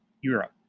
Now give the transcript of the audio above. Europe*